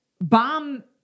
bomb